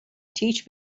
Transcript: teach